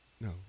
No